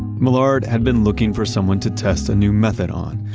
millard had been looking for someone to test a new method on,